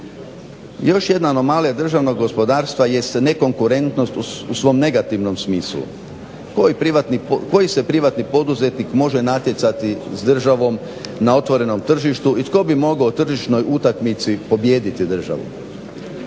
Još jedna mala državnog gospodarstva je s nekonkurentnost u svom negativnom smislu. Koji se privatni poduzetnik može natjecati s državom na otvorenom tržištu. I tko bi mogao tržišnoj utakmici pobijediti državu.